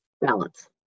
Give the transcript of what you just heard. balance